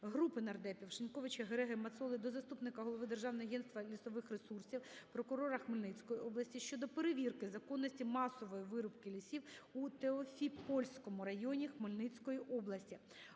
Групи нардепів (Шиньковича, Гереги, Мацоли) до заступника голови Державного агентства лісових ресурсів, прокурора Хмельницької області щодо перевірки законності масової вирубки лісів в Теофіпольському районі Хмельницької області.